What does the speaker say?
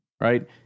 right